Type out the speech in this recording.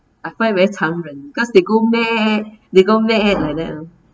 I find very 残忍 because they go meh they go meh like that lor